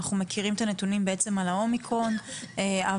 אנחנו מכירים את הנתונים על האומיקרון אבל